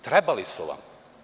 Trebali su vam.